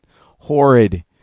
horrid